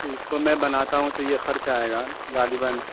اس کو میں بناتا ہوں تو یہ خرچ آئے گا غالباً